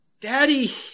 Daddy